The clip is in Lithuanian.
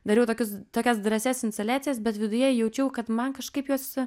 dariau tokius tokias drąsias instaliacijas bet viduje jaučiau kad man kažkaip jos